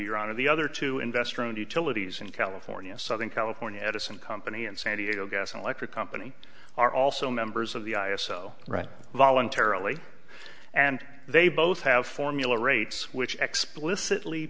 your honor the other two investor owned utilities in california southern california edison company and san diego gas and electric company are also members of the i s o right voluntarily and they both have formula rates which explicitly